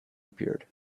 appeared